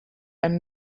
and